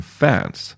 fans